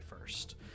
first